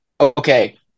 Okay